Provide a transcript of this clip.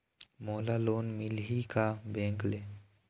मोला लोन मिलही का बैंक ले?